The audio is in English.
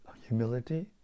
humility